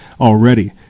already